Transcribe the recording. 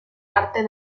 arte